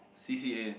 c_c_a